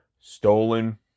Stolen